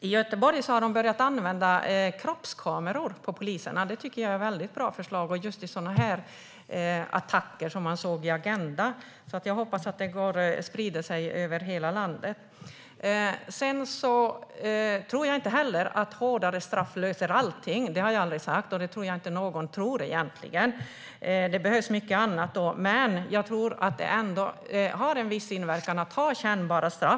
I Göteborg har man börjat att använda kroppskameror på poliser. Det tycker jag är väldigt bra just vid sådana attacker som man såg i Agenda . Jag hoppas att det sprider sig över hela landet. Jag tror inte heller att hårdare straff löser allting. Det har jag aldrig sagt, och det tror jag inte att någon tror. Det behövs mycket annat, men det har nog ändå en viss inverkan att ha kännbara straff.